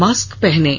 mask पहनें